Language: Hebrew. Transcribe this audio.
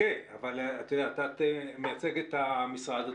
את מייצגת את המשרד,